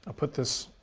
ah put this